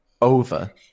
Over